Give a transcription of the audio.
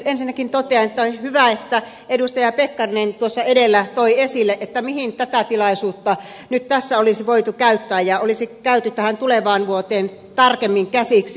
ensinnäkin totean että on hyvä että edustaja pekkarinen edellä toi esille mihin tätä tilaisuutta nyt tässä olisi voitu käyttää että olisi käyty tähän tulevaan vuoteen tarkemmin käsiksi